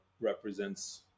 represents